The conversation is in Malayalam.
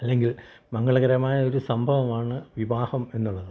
അല്ലെങ്കിൽ മംഗളകരമായ ഒരു സംഭവമാണ് വിവാഹം എന്നുള്ളത്